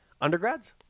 Undergrads